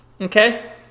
Okay